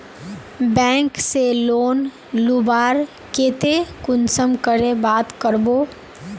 Bank से loan लुबार केते कुंसम करे बात करबो?